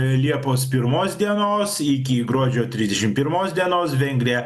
liepos pirmos dienos iki gruodžio trisdešim pirmos dienos vengrija